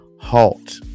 halt